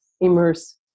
immerse